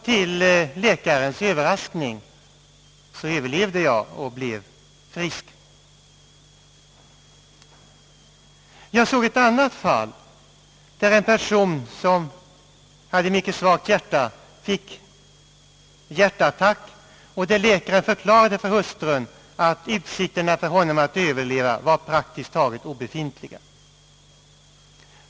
Till läkarens överraskning överlevde jag och blev frisk. Jag känner till ett annat fall som gällde en person som hade mycket svagt hjärta och som fick hjärtattack. Läkaren förklarade för hustrun att utsikterna för den sjuke att överleva var praktiskt taget obefintliga.